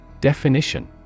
Definition